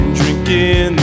drinking